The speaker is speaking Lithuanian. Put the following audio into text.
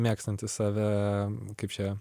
mėgstantis save kaip čia